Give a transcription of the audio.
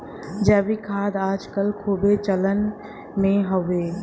जैविक खाद आज कल खूबे चलन मे हउवे